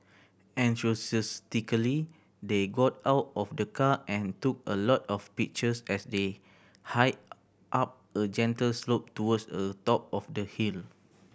enthusiastically they got out of the car and took a lot of pictures as they hiked up a gentle slope towards a top of the hill